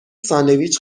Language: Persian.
ساندویچ